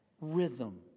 rhythm